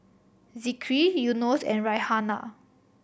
Zikri Yunos and Raihana